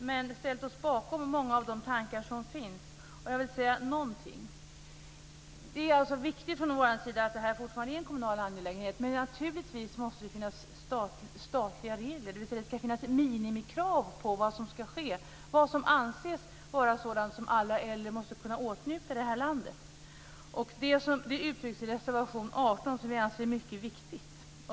Men vi har ställt oss bakom många av de tankar som finns. Jag vill säga någonting om detta. Det är alltså viktigt för oss att detta fortfarande är en kommunal angelägenhet. Men naturligtvis måste det finnas statliga regler, dvs. det ska finnas minimikrav på vad som ska ske, vad som anses vara sådant som alla äldre måste kunna åtnjuta i det här landet. Det uttrycks i reservation 18, och vi anser att det är mycket viktigt.